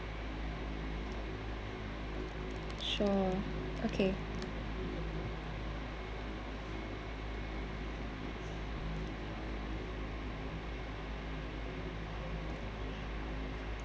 sure okay